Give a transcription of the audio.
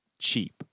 cheap